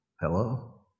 Hello